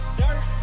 dirt